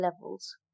levels